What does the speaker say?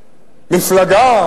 המפלגה,